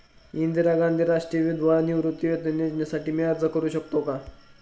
इंदिरा गांधी राष्ट्रीय विधवा निवृत्तीवेतन योजनेसाठी मी अर्ज करू शकतो?